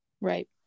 Right